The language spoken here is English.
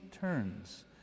turns